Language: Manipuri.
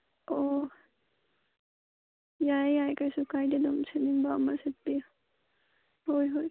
ꯑꯣ ꯌꯥꯏ ꯌꯥꯏ ꯀꯩꯁꯨ ꯀꯥꯏꯗꯦ ꯑꯗꯨꯝ ꯁꯦꯠꯅꯤꯡꯕ ꯑꯃ ꯁꯦꯠꯄꯤꯌꯨ ꯍꯣꯏ ꯍꯣꯏ